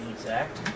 exact